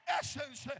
essence